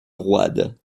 roide